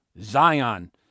Zion